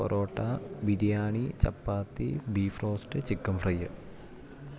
parotta biryani chapati beef roast chicken fry